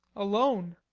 alone!